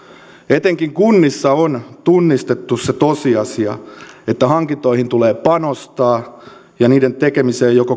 etenkin kunnissa on tunnistettu se tosiasia että hankintoihin tulee panostaa ja joko